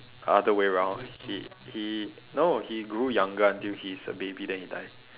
other way round he he no he grew younger until he's a baby then he die